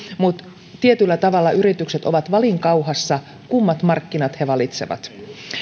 mutta tietyllä tavalla yritykset ovat valinkauhassa kummat markkinat he valitsevat